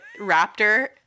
raptor